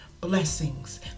blessings